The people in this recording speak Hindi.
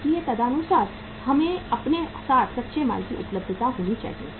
इसलिए तदनुसार हमें अपने साथ कच्चे माल की उपलब्धता होनी चाहिए